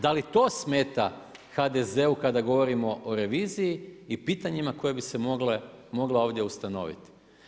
Da li to smeta HDZ-u kada govorimo o reviziji i pitanjima koje bi se mogla ovdje ustanoviti.